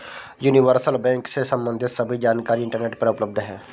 universal bank से सम्बंधित सभी जानकारी इंटरनेट पर उपलब्ध है